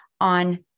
on